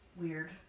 weird